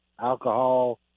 Alcohol